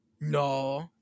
No